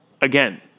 Again